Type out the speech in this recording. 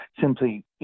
simply